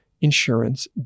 insurance